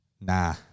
Nah